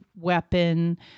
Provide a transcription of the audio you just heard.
weapon